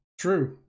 true